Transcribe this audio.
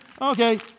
Okay